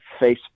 Facebook